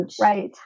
Right